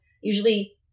usually